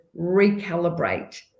recalibrate